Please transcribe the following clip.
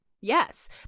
Yes